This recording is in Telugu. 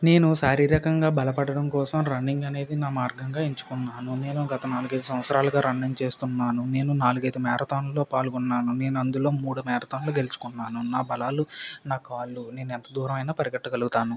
నేను శారీరకంగా బలపడడం కోసం రన్నింగ్ అనేది నా మార్గంగా ఎంచుకున్నాను నేను గత నాలుగు ఐదు సంవత్సరాలుగా రన్నింగ్ చేస్తున్నాను నేను నాలుగైదు మ్యారథాన్లలో పాల్గొన్నను నేను అందులో మూడు మ్యారథాన్లు గెలుచుకున్నాను నా బలాలు నా కాళ్ళు నేను ఎంత దూరమైనా పరిగెత్తగలుతాను